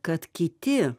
kad kiti